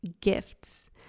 gifts